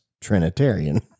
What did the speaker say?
Trinitarian